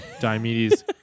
Diomedes